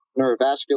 neurovascular